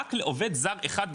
רק לעובד זר אחד,